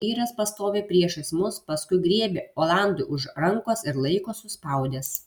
vyras pastovi priešais mus paskui griebia olandui už rankos ir laiko suspaudęs